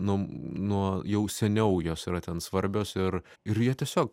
nu nuo jau seniau jos yra ten svarbios ir ir jie tiesiog